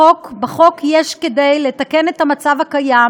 בחוק יש כדי לתקן את המצב הקיים,